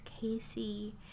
casey